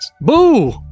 Boo